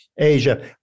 asia